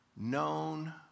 Known